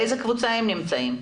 באיזה קבוצה הם נמצאים?